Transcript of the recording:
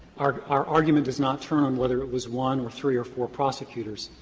our our argument does not turn on whether it was one or three or four prosecutors.